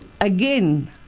again